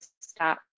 stop